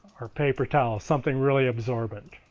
or paper towel, something really absorbant